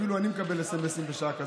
אפילו אני מקבל סמ"סים בשעה כזאת,